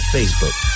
Facebook